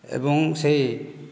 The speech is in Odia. ଏବଂ ସେହି